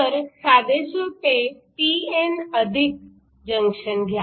तर साधेसोपे p n junction घ्या